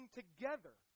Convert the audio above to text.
together